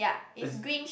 it's